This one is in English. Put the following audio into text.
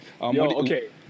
okay